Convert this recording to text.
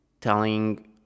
telling